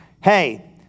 Hey